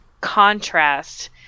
contrast